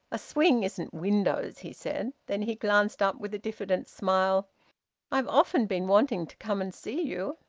a swing isn't windows, he said. then he glanced up with a diffident smile i've often been wanting to come and see you.